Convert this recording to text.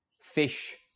fish